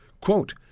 quote